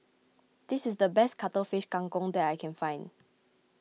this is the best Cuttlefish Kang Kong that I can find